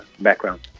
background